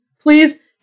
please